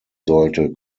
sollte